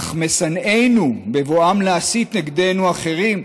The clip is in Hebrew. אך משנאינו, בבואם להסית נגדנו אחרים,